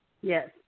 yes